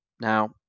Now